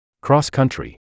Cross-country